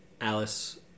Alice